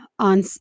On